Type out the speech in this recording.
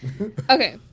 Okay